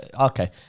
okay